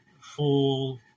full